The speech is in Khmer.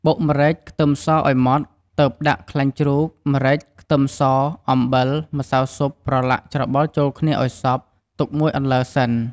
បុកម្រេច ខ្ទឹមសឱ្យម៉ដ្ឋ ទើបដាក់ខ្លាញ់ជ្រូក ម្រេច ខ្ទឹមស អំបិល ម្សៅស៊ុបប្រឡាក់ច្របល់ចូលគ្នាឱ្យសព្វ ទុកមួយអន្លើសិន។